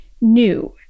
new